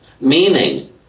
Meaning